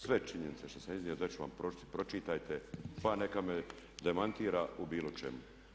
Sve činjenice što sam iznio, dat ću vam, pročitajte pa nema me demantira u bilo čemu.